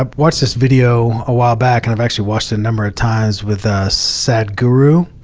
um watched this video a while back and i've actually watched a number of times with ah sadhguru,